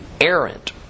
errant